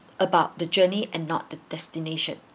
about the journey and not the destination